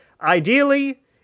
Ideally